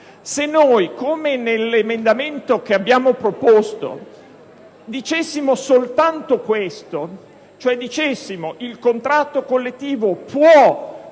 se noi, come nell'emendamento che abbiamo proposto, dicessimo soltanto questo cioè che il contratto collettivo può